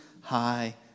high